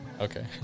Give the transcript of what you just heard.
Okay